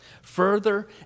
Further